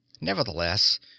Nevertheless